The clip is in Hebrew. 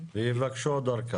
- ויבקשו עוד אורכה.